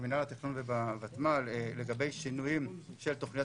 במינהל התכנון ובוותמ"ל לגבי שינויים של תוכניות